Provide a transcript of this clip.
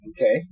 Okay